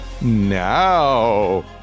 now